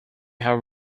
have